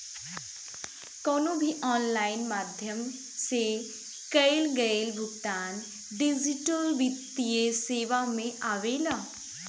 कवनो भी ऑनलाइन माध्यम से कईल गईल भुगतान डिजिटल वित्तीय सेवा में आवेला